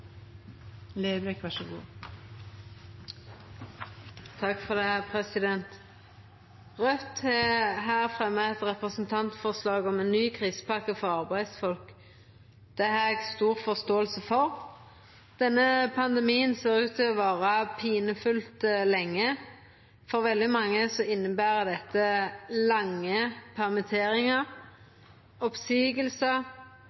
Raudt har fremja eit representantforslag om ei ny krisepakke for arbeidsfolk. Det har eg stor forståing for. Denne pandemien ser ut til å vara pinefullt lenge. For veldig mange inneber dette lange